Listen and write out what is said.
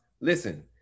Listen